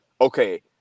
okay